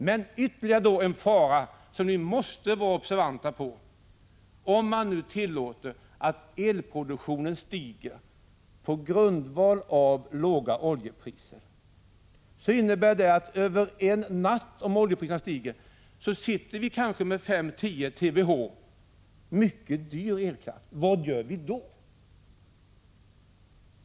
Men ytterligare en fara som ni måste vara observanta på om ni tillåter att elproduktionen stiger — på grundval av låga oljepriser — är att vi, ifall oljepriserna går upp igen, över en natt kan tvingas konstatera att vi sitter med 5-10 TWh i mycket dyr elkraft. Vad gör vi då?